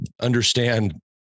understand